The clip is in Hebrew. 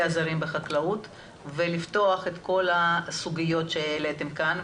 זרים בחקלאות ולפתוח את כל הסוגיות שהעליתם כאן,